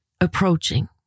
approaching